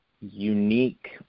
unique